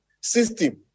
system